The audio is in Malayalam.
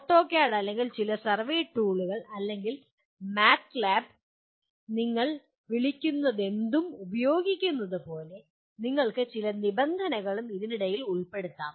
ഓട്ടോകാഡ് അല്ലെങ്കിൽ ചില സർവേ ടൂൾ അല്ലെങ്കിൽ മാറ്റ്ലാബ് നിങ്ങൾ വിളിക്കുന്നതെന്തും ഉപയോഗിക്കുന്നതുപോലെ നിങ്ങൾക്ക് ചില നിബന്ധനകളും ഇതിനടിയിൽ ഉൾപ്പെടുത്താം